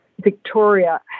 Victoria